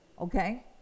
okay